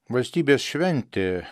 valstybės šventė